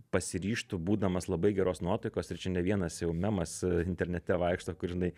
pasiryžtu būdamas labai geros nuotaikos ir čia ne vienas jau memas internete vaikšto kur žinai